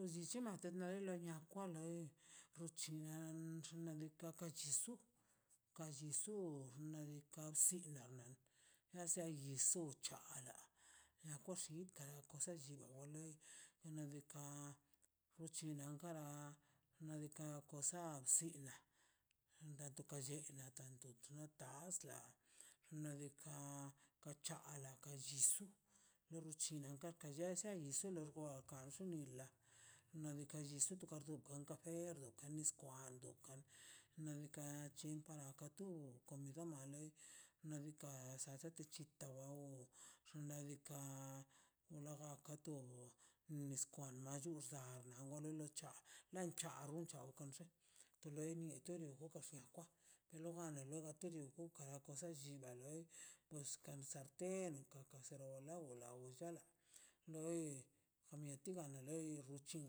Lo llichi na to loi nia kwa loi ruchina un xna' diika' ka chisu ka chisu nadika sinna na si chisusana nekwa xixda tixa tewale o la leka uchinna kala nadika osa si ina len to ka llenna tanto tu tasla xna' diika' ka chala chisu lo richunna ka lleso ni suna rwagan su nila na dika chusa kardukan derde ka nun niskwando' dukan nadika chin natu kon digo male dga nsate llichi ita wawon xinladika onla gakato nis kwan lan charrua chan chanxe lenie torie gonxe kwa per lo gane do loi lotere gonguka na kosa llinga loi pues cansar te dos pero no na law na lawdiala loi gamieti ganga loi loi ruchin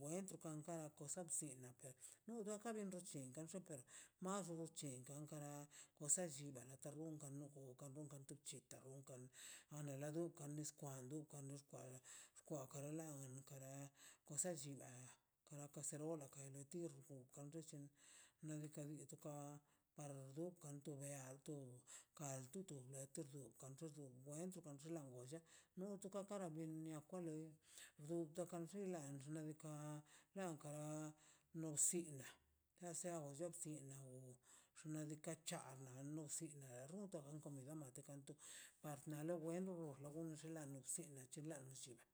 wen gankan kada cosa si ina per nu maxun chin kara kasa llin kata run nugan kan gu rungan ka bchita rungan ane la da kan run nis kwan du kwan dux kwala xkwa kala kara kosa llinda kara kan serola dinantorla kan lli ter nedika bie toka par dukan do ber meal tu kal tutube bettu wen duka xlan golla no kan kara nulla bin nia kwa loi durtan ka loi ner ni ka guia kara no sile teseo do sinna we xna' diika' chin chala nusile runkan na kamile nakan kantu wak nar le wen na gon labsinu de chin la chi sila